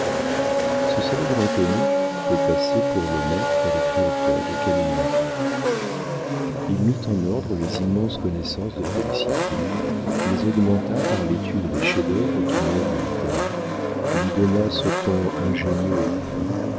ce célèbre inconnu peut passer pour le maître et le créateur de camille maupin il mit en ordre les immenses connaissances de félicité les augmenta par l'étude des chefs-d'œuvre qui meublent l'italie lui donna ce ton ingénieux et fin